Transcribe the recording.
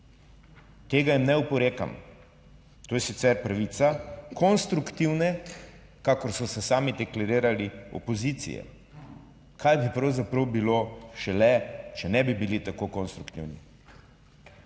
Tega jim ne oporekam. To je sicer pravica konstruktivne, kakor so se sami deklarirali opozicije. Kaj bi pravzaprav bilo šele, če ne bi bili tako konstruktivni?